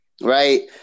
Right